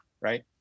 right